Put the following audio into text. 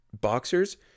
boxers